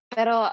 Pero